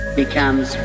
becomes